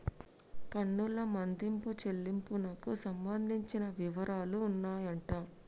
పన్నుల మదింపు చెల్లింపునకు సంబంధించిన వివరాలు ఉన్నాయంట